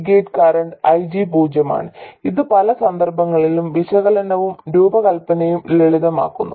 gate current IG പൂജ്യമാണ് ഇത് പല സന്ദർഭങ്ങളിലും വിശകലനവും രൂപകൽപ്പനയും ലളിതമാക്കുന്നു